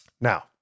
Now